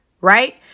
right